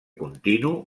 continu